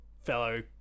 fellow